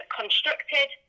constructed